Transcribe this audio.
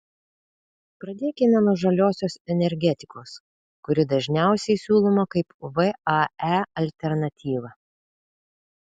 pradėkime nuo žaliosios energetikos kuri dažniausiai siūloma kaip vae alternatyva